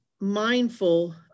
mindful